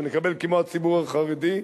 שנקבל כמו הציבור החרדי,